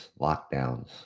lockdowns